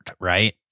right